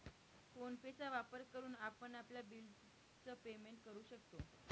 phone पे चा वापर करून आपण आपल्या बिल च पेमेंट करू शकतो